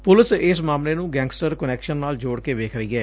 police ਇਸ ਮਾਮਲੇ ਨੂੰ ਗੈਂਗਸਟਰ ਕੁਨੈਕਸ਼ਨ ਨਾਲ ਜੋੜ ਕੇ ਵੇਖ ਰਹੀ ਏ